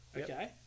Okay